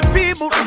people